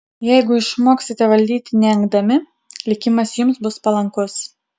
jeigu išmoksite valdyti neengdami likimas jums bus palankus